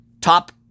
Top